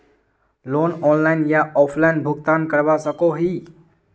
Loan online या offline भुगतान करवा सकोहो ही?